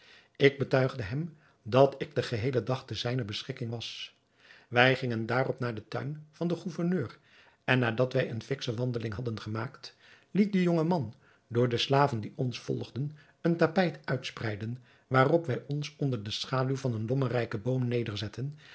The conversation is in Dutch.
ik betuigde hem dat ik den geheelen dag ter zijner beschikking was wij gingen daarop naar den tuin van den gouverneur en nadat wij een fiksche wandeling hadden gemaakt liet de jonge man door de slaven die ons volgden een tapijt uitspreiden waarop wij ons onder de schaduw van een lommerrijken boom